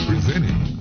Presenting